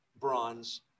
bronze